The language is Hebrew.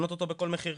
לקנות אותו בכל מחיר.